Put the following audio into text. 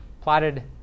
plotted